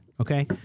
okay